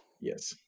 yes